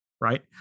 Right